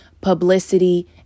publicity